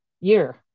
year